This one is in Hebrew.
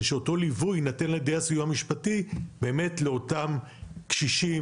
זה שאותו ליווי יינתן על ידי הסיוע המשפטי לאותם קשישים,